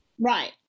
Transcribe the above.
Right